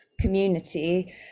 community